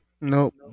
Nope